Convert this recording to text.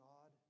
God